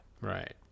Right